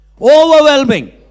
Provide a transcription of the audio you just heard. overwhelming